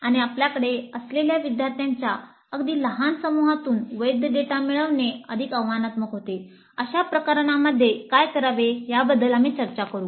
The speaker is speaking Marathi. आणि आपल्याकडे असलेल्या विद्यार्थ्यांच्या अगदी लहान समुहातून वैध डेटा मिळवणे अधिक आव्हानात्मक होते अशा प्रकरणांमध्ये काय करावे याबद्दल आम्ही चर्चा करू